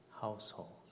household